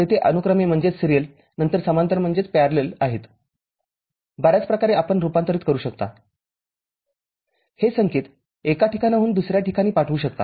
तेथे अनुक्रमे नंतर समांतर आहेत बर्याच प्रकारे आपण रूपांतरित करू शकता हे संकेत एका ठिकाणाहून दुसर्या ठिकाणी पाठवू शकता